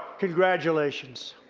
congratulations.